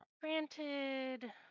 Granted